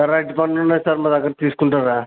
sir అరటి పండ్లు ఉన్నాయి సార్ మా దగ్గర తీసుకుంటారా